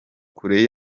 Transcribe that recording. kure